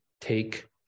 take